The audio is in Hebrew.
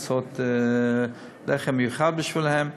לעשות לחם מיוחד בשבילם.